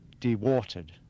dewatered